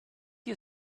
you